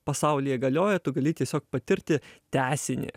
pasaulyje galioja tu gali tiesiog patirti tęsinį